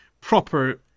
proper